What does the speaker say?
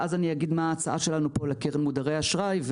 ואז אני אגיד מה ההצעה שלנו פה לקרן מודרי אשראי,